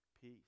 peace